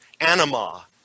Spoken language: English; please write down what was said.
anima